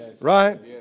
Right